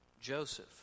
Joseph